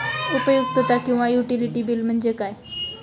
उपयुक्तता किंवा utility bill म्हणजे काय?